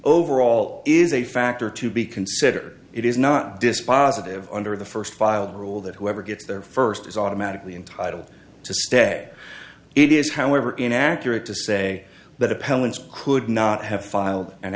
overall is a factor to be consider it is not dispositive under the first filed rule that whoever gets there first is automatically entitled to stay it is however inaccurate to say that appellant's could not have filed an